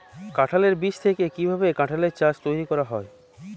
কাঁঠালের বীজ থেকে কীভাবে কাঁঠালের চারা তৈরি করা হয়?